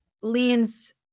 leans